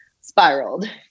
spiraled